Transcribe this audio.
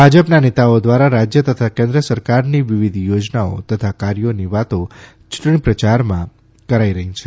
ભાજપના નેતાઓ દ્વારા રાજ્ય તથા કેન્દ્ર સરકારની વિવિધ યોજનાઓ તથા કાર્યોની ચૂંટણી પ્રચારમાં કરાઇ રહી છે